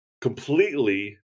completely